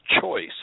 choice